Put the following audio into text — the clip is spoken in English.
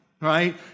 right